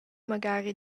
magari